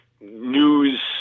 news